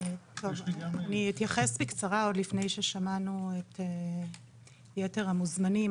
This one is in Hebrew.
אני אתייחס בקצרה עוד לפני ששמענו את יתר המוזמנים.